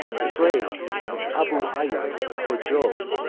the grave of abu ayub, or job,